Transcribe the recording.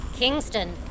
Kingston